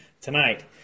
tonight